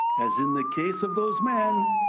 as in the case of those men,